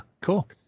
cool